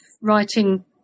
writing